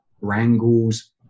wrangles